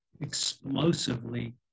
explosively